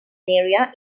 area